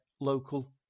local